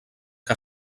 que